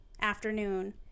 afternoon